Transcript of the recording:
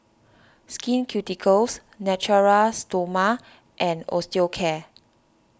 Skin Ceuticals Natura Stoma and Osteocare